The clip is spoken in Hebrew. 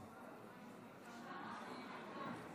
שילדו נפטר) (הוראת שעה) (הארכת תוקף),